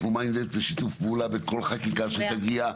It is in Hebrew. אנחנו מוכנים לשיתוף פעולה בכל חקיקה שתגיע,